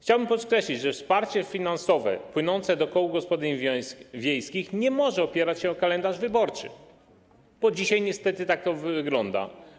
Chciałbym podkreślić, że wsparcie finansowe płynące do kół gospodyń wiejskich nie może opierać się na kalendarzu wyborczym, bo dzisiaj niestety tak to wygląda.